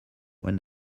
when